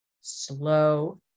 slow